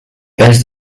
bears